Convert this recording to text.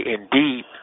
indeed